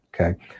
okay